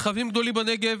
מרחבים גדולים בנגב,